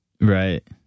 Right